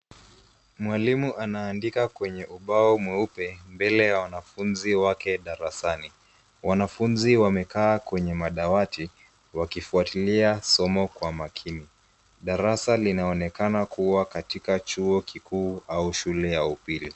Mwalimu anaandika kwenye ubao mweupe mbele ya wanafunzi wake darasani. Wanafunzi wamekaa kwenye madawati wakifuatilia somo kwa makini. Darasa linaonekana kuwa katika chuo kikuu au shule ya upili.